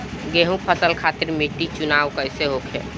गेंहू फसल खातिर मिट्टी चुनाव कईसे होखे?